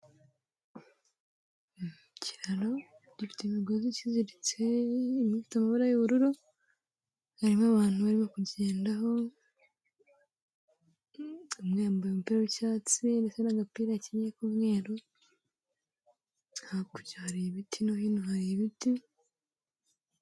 Ikiraro gifite imigozi ikiziritse, imwe Ifite amabara y'ubururu, harimo abantu barimo kukigendaho, umwe yambaye umupira w'icyatsi ndetse n'agapira akenyeye k'umweru, hakurya hari ibiti no hino hari ibiti.